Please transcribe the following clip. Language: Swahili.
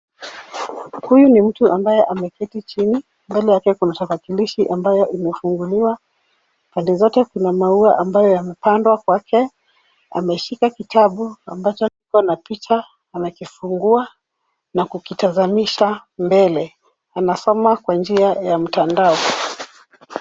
Huyu ni mtu ambaye ameketi chini mbele yake kuna tarakilishi ambayo imefunguliwa. Pande zote kuna maua ambayo yamepandwa kwake. Ameshika kitabu ambacho kiko na picha, anakifungua na kukitazamisha mbele. Anasoma kwa njia ya mtandao.